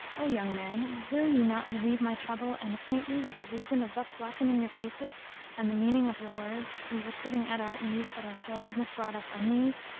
o young men, will ye not relieve my trouble and acquaint me with the reason of thus blackening your faces and the meaning of your words we were sitting at our ease but our frowardness brought us unease?